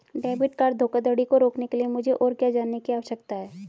Debit card धोखाधड़ी को रोकने के लिए मुझे और क्या जानने की आवश्यकता है?